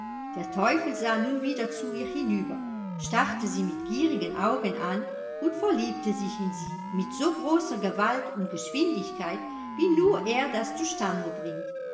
der teufel sah nun wieder zu ihr hinüber starrte sie mit gierigen augen an und verliebte sich in sie mit so großer gewalt und geschwindigkeit wie nur er das zustande bringt